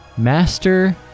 Master